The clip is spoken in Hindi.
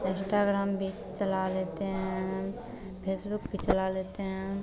इन्स्टाग्राम भी चला लेते हैं फेसबुक भी चला लेते हैं